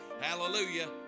Hallelujah